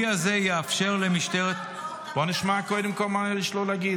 הכלי הזה יאפשר למשטרת --- בואי נשמע קודם כול מה יש לו להגיד,